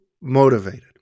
motivated